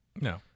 No